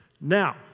Now